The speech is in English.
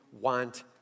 want